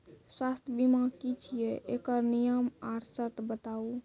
स्वास्थ्य बीमा की छियै? एकरऽ नियम आर सर्त बताऊ?